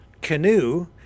canoe